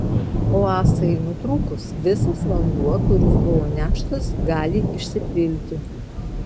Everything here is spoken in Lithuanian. o ąsai nutrūkus visas vanduo kuris buvo neštas gali išsipilti